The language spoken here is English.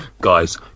guys